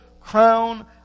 crown